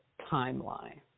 timeline